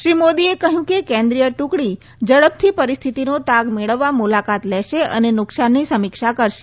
શ્રી મોદીએ કહ્યું કે કેન્દ્રિય ટૂકડી ઝડપથી પરિસ્થિતિનો તાગ મેળવવા મુલાકાત લેશે અને નુકસાનની સમીક્ષા કરશે